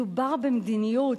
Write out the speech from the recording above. מדובר במדיניות,